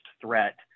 threat